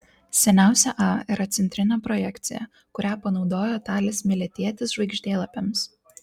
seniausia a yra centrinė projekcija kurią panaudojo talis miletietis žvaigždėlapiams